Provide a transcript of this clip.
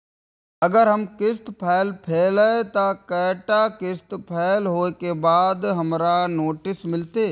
अगर हमर किस्त फैल भेलय त कै टा किस्त फैल होय के बाद हमरा नोटिस मिलते?